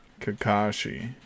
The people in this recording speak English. Kakashi